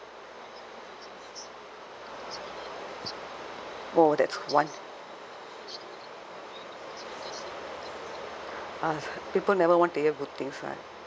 oh that's one ah people never want to hear good things one